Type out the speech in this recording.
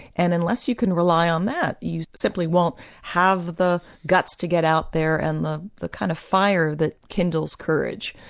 and unless you can rely on that, you simply won't have the guts to get out there and the the kind of fire that kindles courage,